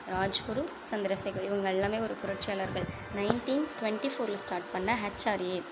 ராஜ்குரு சந்திரசேகர் இவங்க எல்லாமே ஒரு புரட்சியாளர்கள் நைன்ட்டீன் டுவெண்ட்டி ஃபோர்ல ஸ்டார்ட் பண்ண ஹெச்ஆர்ஏ